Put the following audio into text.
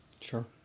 Sure